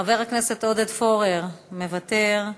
חבר הכנסת עודד פורר, מוותר.